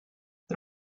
the